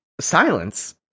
silence